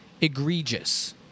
egregious